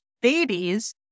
babies